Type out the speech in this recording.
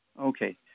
Okay